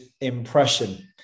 impression